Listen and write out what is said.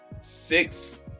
six